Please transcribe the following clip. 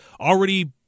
already